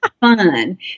fun